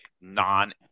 non